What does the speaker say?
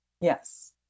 Yes